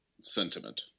sentiment